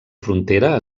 frontera